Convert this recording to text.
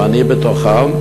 ואני בתוכם.